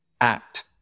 act